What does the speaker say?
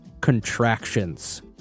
contractions